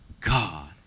God